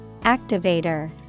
Activator